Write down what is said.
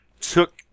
took